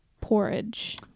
porridge